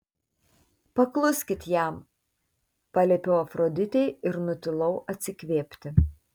pakluskit jam paliepiau afroditei ir nutilau atsikvėpti